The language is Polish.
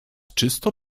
czysto